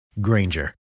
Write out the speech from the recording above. Granger